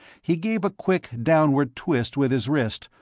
he gave a quick downward twist with his wrist,